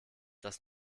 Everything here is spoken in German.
das